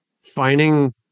finding